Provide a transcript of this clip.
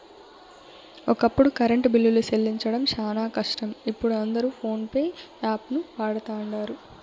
ఒకప్పుడు కరెంటు బిల్లులు సెల్లించడం శానా కష్టం, ఇపుడు అందరు పోన్పే యాపును వాడతండారు